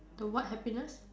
the what happiness